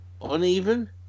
uneven